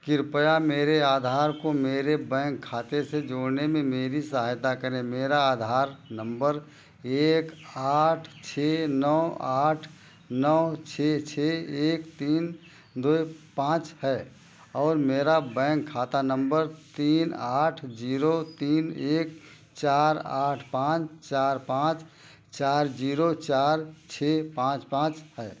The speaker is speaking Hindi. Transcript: कृपया मेरे आधार को मेरे बैंक खाते से जोड़ने में मेरी सहायता करें मेरा आधार एक आठ छः नौ आठ नौ छः छः एक तीन दो पाँच है और मेरा बैंक खाता नम्बर तीन आठ जीरो तीन एक चार आठ पाँच चार पाँच चार जीरो चार ची पाँच पाँच है